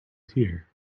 here